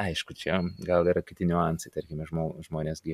aišku čia gal yra kiti niuansai tarkime žmožmonės gi